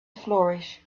flourish